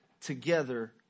together